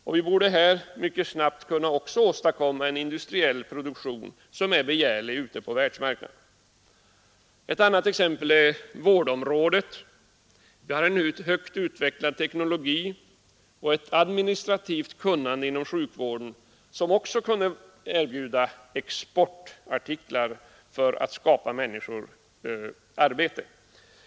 Vi borde också här mycket snabbt kunna åstadkomma en industriell produktion, som är begärlig ute på världsmarknaden. Ett annat exempel är vårdområdet. Vi har en högt utvecklad teknologi och ett administrativt kunnande inom sjukvården, som borde kunna erbjuda exportartiklar för att skapa människor arbete.